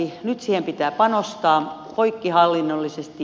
nyt siihen pitää panostaa poikkihallinnollisesti